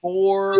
Four